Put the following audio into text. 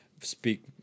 speak